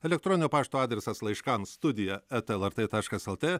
elektroninio pašto adresas laiškams studija eta lrt taškas lt